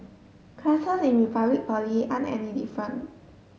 classes in Republic Poly aren't any different